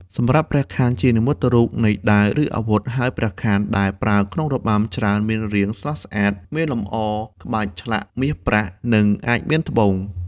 សម្រាប់ព្រះខ័នជានិមិត្តរូបនៃ ដាវ ឬ អាវុធហើយព្រះខ័នដែលប្រើក្នុងរបាំច្រើនមានរាងស្រស់ស្អាត មានលម្អក្បាច់ឆ្លាក់មាសប្រាក់ និងអាចមានត្បូង។